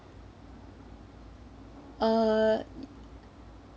uh